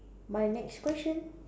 my next question